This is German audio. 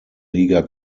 liga